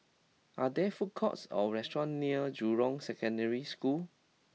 are there food courts or restaurants near Jurong Secondary School